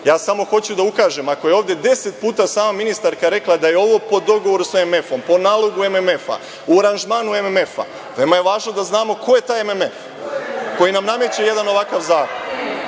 Samo hoću da ukažem, ako je ovde deset puta sama ministarka rekla da je ovo po dogovoru sa MMF-om, po nalogu MMF-a, u aranžmanu MMF-a, veoma je važno da znamo ko je taj MMF koji nam nameće jedan ovakav zakon.